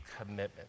commitment